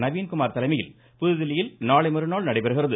நவீன்குமார் தலைமையில் புதுதில்லியில் நாளை மறுநாள் நடைபெறுகிறது